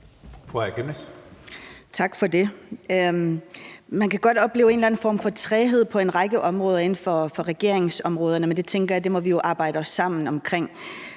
Man kan godt opleve en eller anden form for træghed på en række områder inden for regeringsområderne, men det tænker jeg at vi jo må arbejde os sammen omkring.